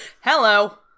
Hello